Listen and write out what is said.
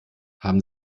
haben